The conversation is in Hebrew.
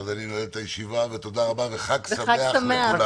אז אני נועל את הישיבה, ותודה רבה וחג שמח לכולם.